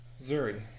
Zuri